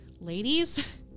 ladies